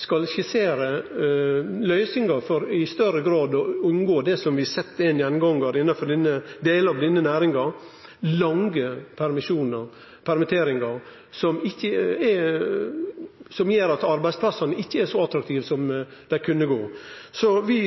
skal skissere løysingar for i større grad å unngå det som vi har sett i denne gjennomgangen for delar av denne næringa – lange permitteringar, som gjer at arbeidsplassane ikkje er så attraktive som dei kunne ha vore. Så vi